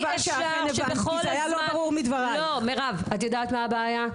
את יודעת מה הבעיה.